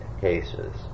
cases